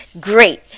Great